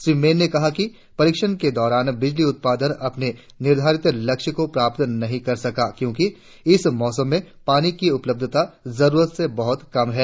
श्री मैन ने कहा कि परीक्षण के दौरान बिजली उत्पादन अपने निर्धारित लक्ष्य को प्राप्त नहीं कर सका क्योंकि इस मौसम में पानी की उपलब्धता जरुरत से बहुत कम है